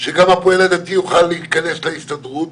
שגם הפועל הדתי יוכל להיכנס להסתדרות